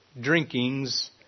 drinkings